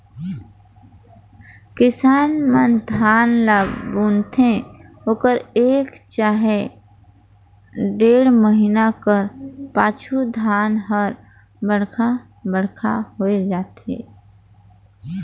किसान मन धान ल बुनथे ओकर एक चहे डेढ़ महिना कर पाछू धान हर बड़खा बड़खा होए जाथे